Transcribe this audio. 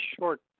short